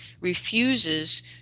refuses